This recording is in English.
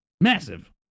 Massive